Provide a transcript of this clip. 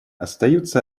остаются